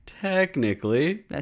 Technically